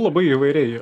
labai įvairiai